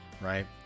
right